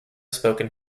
spoken